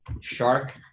Shark